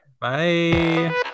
Bye